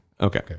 Okay